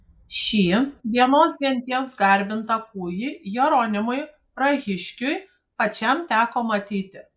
šį vienos genties garbintą kūjį jeronimui prahiškiui pačiam teko matyti